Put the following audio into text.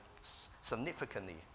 significantly